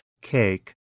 cake